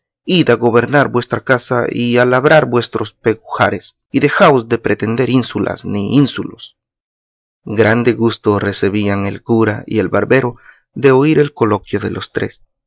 id a gobernar vuestra casa y a labrar vuestros pegujares y dejaos de pretender ínsulas ni ínsulos grande gusto recebían el cura y el barbero de oír el coloquio de los tres